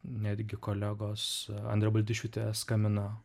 netgi kolegos andrė baldišiūtė skambino